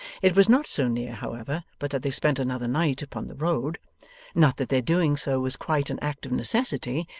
it was not so near, however, but that they spent another night upon the road not that their doing so was quite an act of necessity,